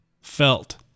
felt